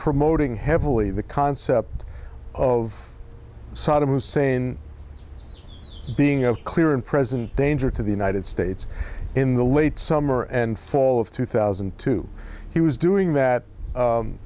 promoting heavily the concept of saddam hussein being a clear and present danger to the united states in the late summer and fall of two thousand and two he was doing that